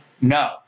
No